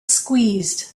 squeezed